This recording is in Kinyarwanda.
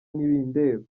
ntibindeba